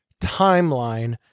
timeline